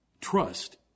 Trust